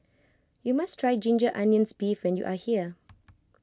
you must try Ginger Onions Beef when you are here